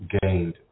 gained